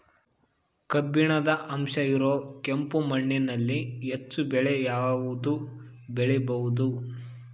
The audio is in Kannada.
ಕಬ್ಬಿಣದ ಅಂಶ ಇರೋ ಕೆಂಪು ಮಣ್ಣಿನಲ್ಲಿ ಹೆಚ್ಚು ಬೆಳೆ ಯಾವುದು ಬೆಳಿಬೋದು?